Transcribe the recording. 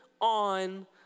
on